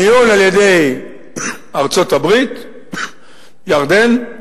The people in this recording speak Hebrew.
ניהול על-ידי ארצות-הברית, ירדן,